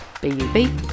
B-U-B